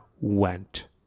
went